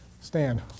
Stand